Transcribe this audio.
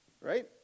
right